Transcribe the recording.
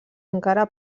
encara